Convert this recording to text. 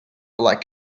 like